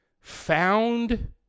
found